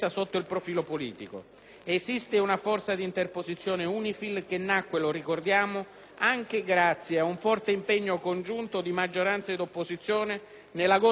Esiste una forza di interposizione UNIFIL, che nacque - lo ricordiamo - anche grazie a un forte impegno congiunto di maggioranza e opposizione nell'agosto 2006,